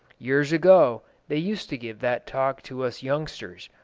years ago they used to give that talk to us youngsters,